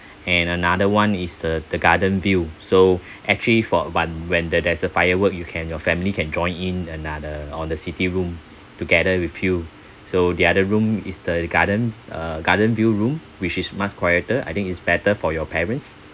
and another one is uh the garden view so actually for one when there there's a firework you can your family can join in another on the city room together with you so the other room is the garden uh garden view room which is much quieter I think it's better for your parents